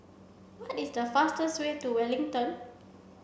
what is the fastest way to Wellington